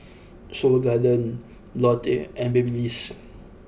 Seoul Garden Lotte and Babyliss